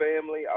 family